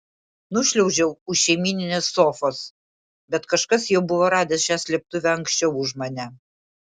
nušliaužiau už šeimyninės sofos bet kažkas jau buvo radęs šią slėptuvę anksčiau už mane